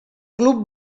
club